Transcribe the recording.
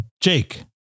Jake